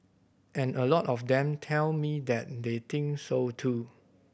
and a lot of them tell me that they think so too